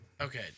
Okay